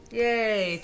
yay